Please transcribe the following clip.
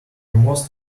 most